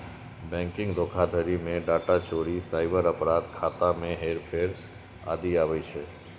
banking धोखाधड़ी मे data चोरी, साइबर अपराध, खाता मे हेरफेर आदि आबै छै